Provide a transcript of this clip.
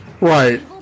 Right